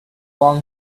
long